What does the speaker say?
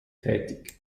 tätig